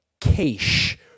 cash